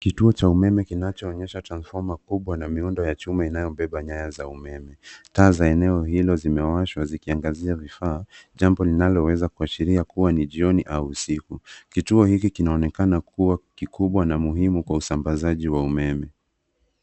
Kituo cha umeme kinachoonyesha transformer kubwa na miundo ya chuma inayobeba nyaya za umeme .Taa za eneo hilo zimewashwa zikiangazia vifaa, jambo linaloweza kuashiria kuwa ni jioni au usiku. Kituo hiki kinaonekana kuwa kikubwa na umuhimu kwa usambazaji wa umeme.